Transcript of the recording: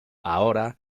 ahora